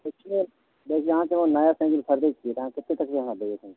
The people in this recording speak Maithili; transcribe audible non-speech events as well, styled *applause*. *unintelligible* देखिऔ अहाँसँ ऽ जे नया साइकल खरिदैत छियै तऽ अहाँ कतेक तकमे देबै हमरा साइकिल